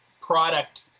product